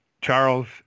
Charles